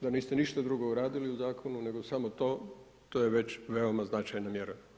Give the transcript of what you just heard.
Da niste ništa drugo uradili u zakonu nego samo to to je već veoma značajna mjera.